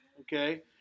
okay